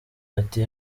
ati